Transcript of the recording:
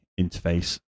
interface